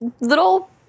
little